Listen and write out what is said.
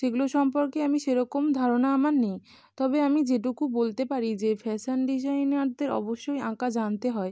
সেগুলো সম্পর্কে আমি সেরকম ধারণা আমার নেই তবে আমি যেটুকু বলতে পারি যে ফ্যাশান ডিজাইনারদের অবশ্যই আঁকা জানতে হয়